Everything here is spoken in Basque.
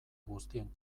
guztien